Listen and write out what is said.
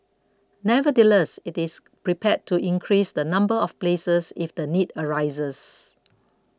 nevertheless it is prepared to increase the number of places if the need arises